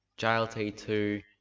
JLT2